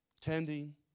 Tending